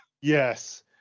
Yes